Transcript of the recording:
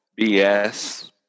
BS